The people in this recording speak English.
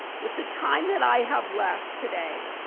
with the time that i have left today.